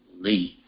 leave